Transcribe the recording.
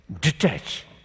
detach